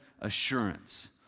assurance